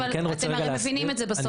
זה לא אישי, אבל אתם הרי מבינים את זה בסוף.